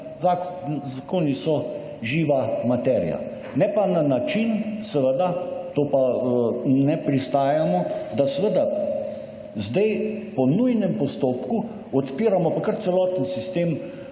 Zakoni so živa materija. Ne pa na način, seveda, to pa ne pristajamo, da seveda zdaj po nujnem postopku odpiramo pa kar celotni sistem